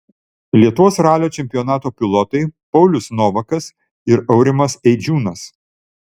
lietuvos ralio čempionato pilotai paulius novakas ir aurimas eidžiūnas